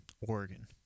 Oregon